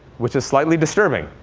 which is slightly disturbing,